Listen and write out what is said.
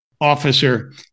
officer